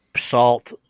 Salt